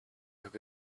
took